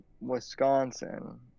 Wisconsin